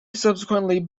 subsequently